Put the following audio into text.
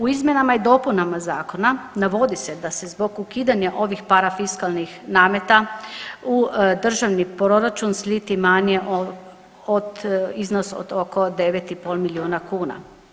U izmjenama i dopunama zakona navodi se da se zbog ukidanja ovih parafiskalnih nameta u državni proračun sliti manje od iznos od oko 9,5 milijuna kuna.